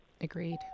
agreed